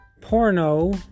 porno